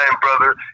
brother